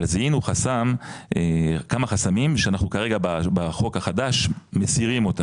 אבל זיהינו חסם כמה חסמים שאנחנו כרגע בחוק החדש מסירים אותם.